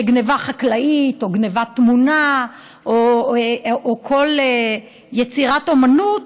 שגנבה חקלאית או גנבת תמונה או כל יצירת אומנות